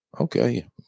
Okay